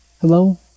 Hello